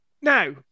Now